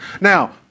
Now